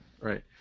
Right